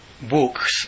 books